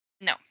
No